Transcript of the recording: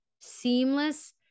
seamless